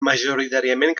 majoritàriament